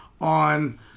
on